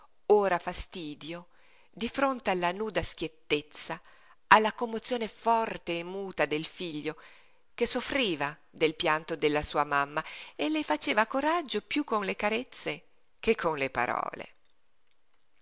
ora fastidio di fronte alla nuda schiettezza alla commozione forte e muta del figlio che soffriva del pianto della sua mamma e le faceva coraggio piú con le carezze che con le parole